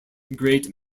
great